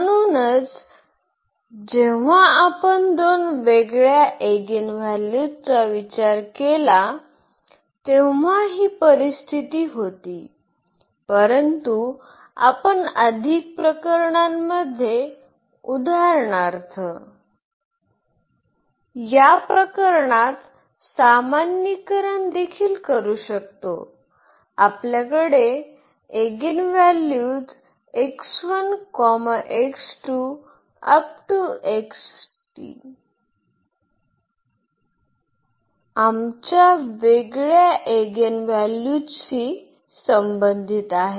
म्हणूनच जेव्हा आपण दोन वेगळ्या एगिनव्हॅल्यूचा विचार केला तेव्हा ही परिस्थिती होती परंतु आपण अधिक प्रकरणांमध्ये उदाहरणार्थ या प्रकरणात सामान्यीकरण देखील करू शकतो आपल्याकडे एगिनव्हॅल्यूज आमच्या वेगळ्या एगिनव्हॅल्यूजशी संबंधित आहेत